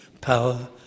power